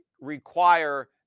require